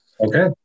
Okay